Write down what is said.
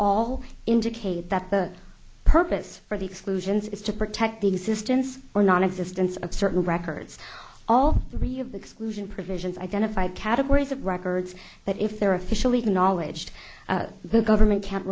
all indicate that the purpose for the exclusions is to protect the existence or nonexistence of certain records all three of the exclusion provisions identified categories of records that if they're officially acknowledged the government can't